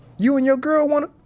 you and your girl want